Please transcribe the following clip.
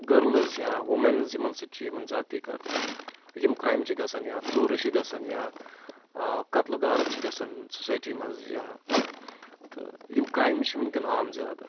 girls یا womens یِمَن سۭتۍ چھُ یِمَن زیادتی کَرنہٕ یِم کرٛایم چھِ گژھان یا ژوٗرٕ چھِ گَژھان یا کَتلہٕ گارَت چھِ گژھان سوسَایٚٹِی منٛز یا تہٕ یِم کرٛایِم چھِ وٕنکؠن عام زیادٕ